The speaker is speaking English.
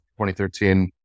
2013